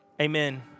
Amen